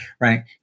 right